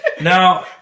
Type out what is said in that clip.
Now